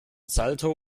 salto